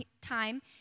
time